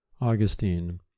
Augustine